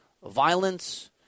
violence